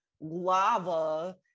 lava